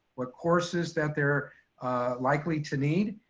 what courses that they're likely to need,